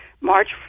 March